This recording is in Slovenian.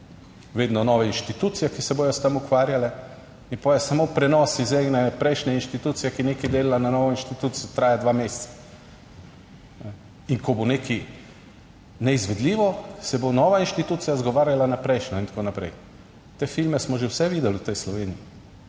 vedno nove inštitucije, ki se bodo s tem ukvarjale in pove samo prenos iz ene prejšnje inštitucije, ki nekaj dela na novo inštitucijo, traja dva meseca. In ko bo nekaj neizvedljivo, se bo nova inštitucija izgovarjala na prejšnjo in tako naprej. Te filme smo že vse videli v tej Sloveniji,